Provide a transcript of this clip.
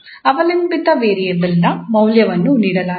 ಅವಲಂಬಿತ ವೇರಿಯೇಬಲ್ನ ಮೌಲ್ಯವನ್ನು ನೀಡಲಾಗಿದೆ